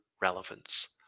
relevance